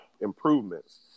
improvements